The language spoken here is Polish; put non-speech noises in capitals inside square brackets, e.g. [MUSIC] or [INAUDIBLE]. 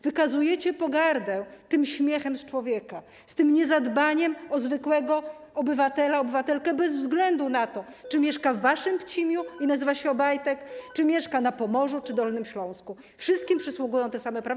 Wykazujecie pogardę tym śmiechem z człowieka, tym niezadbaniem o zwykłego obywatela, obywatelkę bez względu na to, [NOISE] czy mieszka w waszym Pcimiu i nazywa się Obajtek, czy mieszka na Pomorzu, czy na Dolnym Śląsku, wszystkim przysługują te same prawa.